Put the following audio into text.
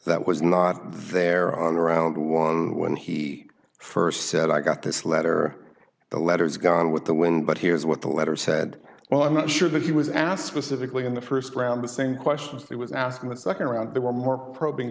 that was not there on around one when he first said i got this letter the letter is gone with the wind but here's what the letter said well i'm not sure that he was asked specifically in the first round the same questions he was asking the second round there were more probing